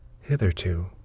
Hitherto